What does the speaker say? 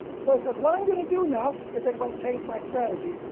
so he says what i'm gonna do now is i'm going to change my strategy.